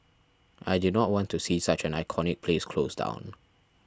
I did not want to see such an iconic place close down